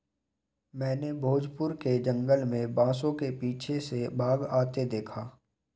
मैंने भोजपुर के जंगल में बांसों के पीछे से बाघ आते देखा